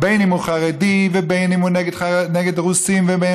בין שהוא חרדי ובין שהוא נגד רוסים ובין